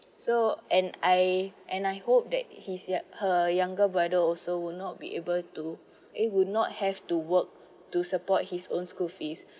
so and I and I hope that his young~ her younger brother also will not be able to eh would not have to work to support his own school fees